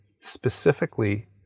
specifically